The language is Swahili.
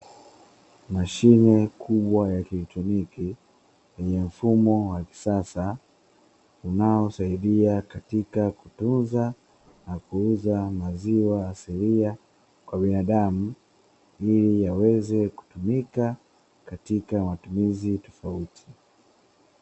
Mashine kubwa ya kieletroniki yenye mfumo wa kisasa, unaosaidia katika kutunza na kuuza maziwa asilia kwa binadamu ili yaweze kutumika katika matumizi tofauti.